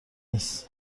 نیست